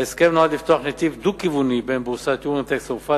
ההסכם נועד לפתוח נתיב דו-כיווני בין בורסת יורונקסט צרפת,